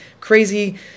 crazy